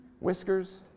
whiskers